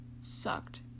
sucked